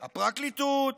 הפרקליטות,